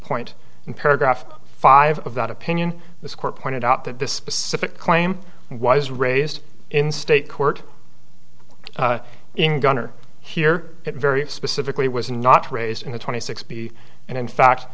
point in paragraph five of that opinion this court pointed out that this specific claim was raised in state court in gunner here it very specifically was not raised in the twenty six b and in fact